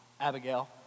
Abigail